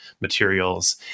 materials